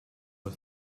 was